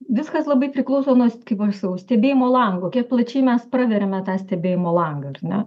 viskas labai priklauso nuo kaip aš sakau stebėjimo lango kiek plačiai mes praveriame tą stebėjimo langą ar ne